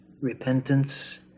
repentance